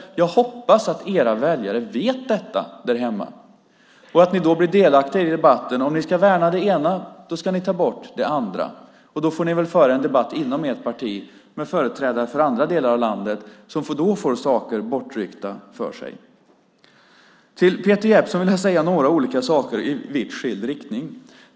Jag hoppas att era väljare där hemma vet detta och att ni då blir delaktiga i debatten. Om ni ska värna det ena ska ni ta bort det andra. Då får ni väl föra en debatt inom ert parti med företrädare för andra delar av landet som får saker bortryckta från sig. Till Peter Jeppsson vill jag säga några olika saker i vitt skilda riktningar.